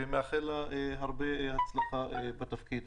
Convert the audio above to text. ואנחנו מאחלים לה הרבה הצלחה בתפקיד.